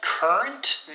Current